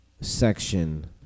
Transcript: section